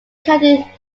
county